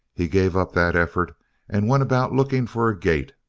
he gave up that effort and went about looking for a gate.